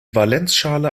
valenzschale